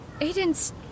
Aiden's